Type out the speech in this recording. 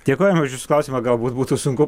dėkojame už jūsų klausimą galbūt būtų sunku